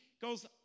goes